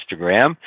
Instagram